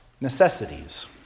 necessities